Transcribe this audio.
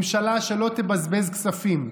ממשלה שלא תבזבז כספים,